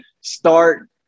start